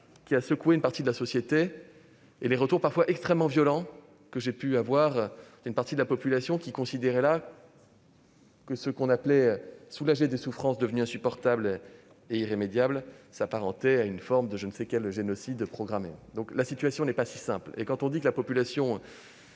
alors secoué une partie de la société et les réactions parfois extrêmement violentes que j'ai pu essuyer de la part d'une partie de la population qui considérait que soulager des souffrances devenues insupportables et irrémédiables s'apparentait à une forme de je ne sais quel génocide programmé. La situation n'est pas si simple. Avant de soutenir que la population